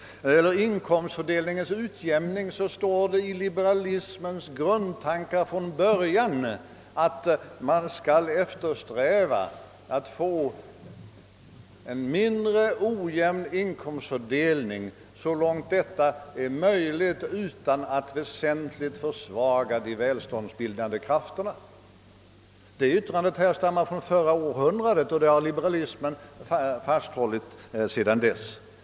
Beträffande inkomstfördelningens utjämning finns från början inbegripet i liberalismens grundtankar att man skall eftersträva att få en mindre ojämn inkomstfördelning så långt detta är möjligt utan att väsentligt försvaga de välståndsbildande krafterna. Det yttrandet härstammar från förra århundradet och liberalismen har fasthållit vid det sedan dess.